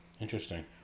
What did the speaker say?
Interesting